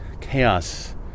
chaos